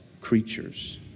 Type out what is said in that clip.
creatures